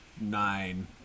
nine